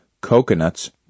Coconuts